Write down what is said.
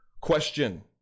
question